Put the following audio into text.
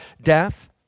death